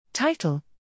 Title